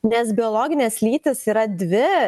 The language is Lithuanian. nes biologinės lytys yra dvi